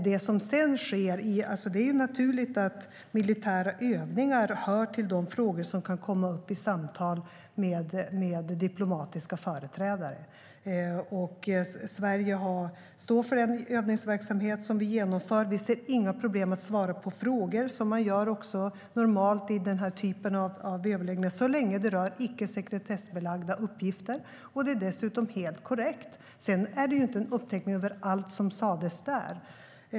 Det är naturligt att militära övningar hör till de frågor som kan komma upp i samtal med diplomatiska företrädare. Vi står för den övningsverksamhet Sverige genomför. Vi ser inga problem i att svara på frågor, som man gör normalt i den typen av överläggningar, så länge de rör icke sekretessbelagda uppgifter och dessutom är helt korrekta. Sedan är det inte fråga om en uppteckning över allt som sas där.